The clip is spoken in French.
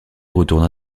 retourna